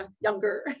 younger